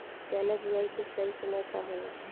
चना बुआई के सही समय का होला?